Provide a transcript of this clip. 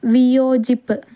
വിയോജിപ്പ്